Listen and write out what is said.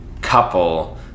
couple